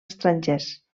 estrangers